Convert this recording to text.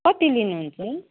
कति लिनुहुन्छ